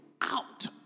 out